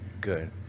Good